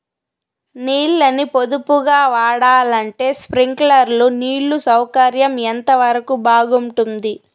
నీళ్ళ ని పొదుపుగా వాడాలంటే స్ప్రింక్లర్లు నీళ్లు సౌకర్యం ఎంతవరకు బాగుంటుంది?